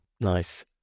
Nice